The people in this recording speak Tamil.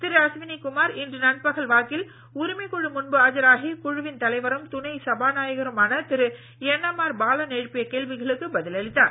திரு அஸ்வினி குமார் இன்று நண்பகல் வாக்கில் உரிமைக் குழு முன்பு ஆஜராகி குழுவின் தலைவரும் துணை சபாநாயகருமான திரு என்எம்ஆர் பாலன் எழுப்பிய கேள்விகளுக்கு பதில் அளித்தார்